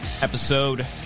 episode